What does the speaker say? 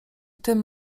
tym